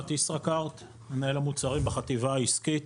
מנהל המוצרים בחטיבה העסקית